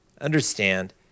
Understand